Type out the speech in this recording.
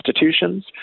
institutions